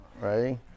ready